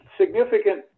significant